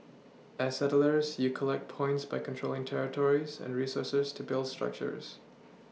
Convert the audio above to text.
as settlers you collect points by controlling territories and resources to build structures